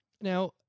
Now